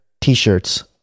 t-shirts